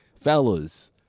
fellas